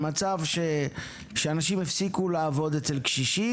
במצב שאנשים הפסיקו לעבוד אצל קשישים,